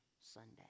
Sunday